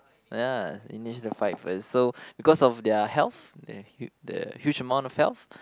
ya initiate the fight first so because of their health their hu~ their huge amount of health